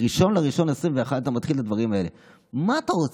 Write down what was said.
1 בינואר 2021, אתה מתחיל את הדברים האלה.